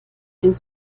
den